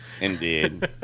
Indeed